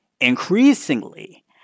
increasingly